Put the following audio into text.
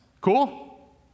Cool